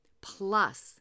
plus